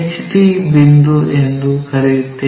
T ಬಿಂದು ಎಂದು ಕರೆಯುತ್ತೇವೆ